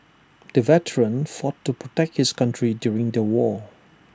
the veteran fought to protect his country during the war